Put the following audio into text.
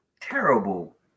terrible